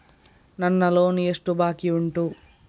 ನನ್ನ ಲೋನ್ ಎಷ್ಟು ಬಾಕಿ ಉಂಟು?